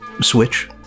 Switch